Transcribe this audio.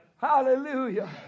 Hallelujah